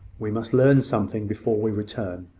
we must learn something before we return.